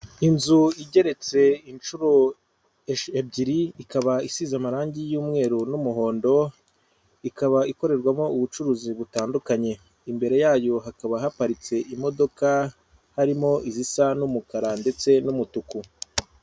Inzu igeretse inshuro ebyiri, ikaba isize amarangi y'umweru n'umuhondo, ikaba ikorerwamo ubucuruzi butandukanye. Imbere yayo hakaba haparitse imodoka harimo izisa n'umukara ndetse n'umutuku.